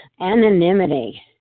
Anonymity